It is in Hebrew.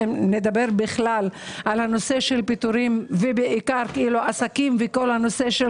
נדבר בכלל על הנושא של פיטורים ובעיקר על עסקים ונושא של